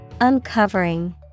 Uncovering